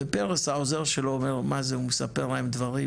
ופרס העוזר שלו אומר מה זה הוא מספר להם דברים?